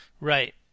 right